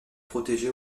protégé